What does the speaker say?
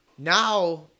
Now